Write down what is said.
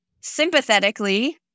sympathetically